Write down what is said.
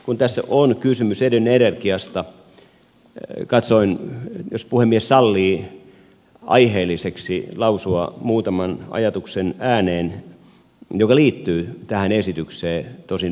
kun tässä on kysymys ydinenergiasta katson jos puhemies sallii aiheelliseksi lausua muutaman ajatuksen ääneen jotka liittyvät tähän esitykseen tosin vähän kaukaa